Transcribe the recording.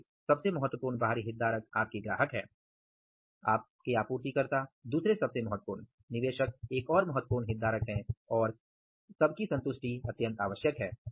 आपके सबसे महत्वपूर्ण बाहरी हितधारक आपके ग्राहक हैं आप आपूर्तिकर्ता दूसरे सबसे महत्वपूर्ण निवेशक एक और महत्वपूर्ण हितधारक हैं और सबकी संतुष्टि बहुत आवश्यक है